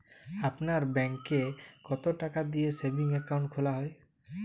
আপনার ব্যাংকে কতো টাকা দিয়ে সেভিংস অ্যাকাউন্ট খোলা হয়?